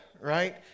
right